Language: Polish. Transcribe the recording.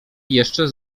jeszcze